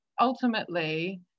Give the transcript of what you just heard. ultimately